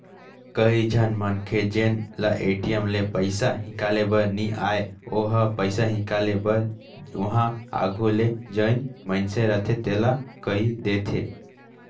कइझन मनखे जेन ल ए.टी.एम ले पइसा हिंकाले बर नी आय ओ ह पइसा हिंकाले बर उहां आघु ले जउन मइनसे रहथे तेला कहि देथे